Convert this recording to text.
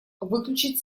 выключить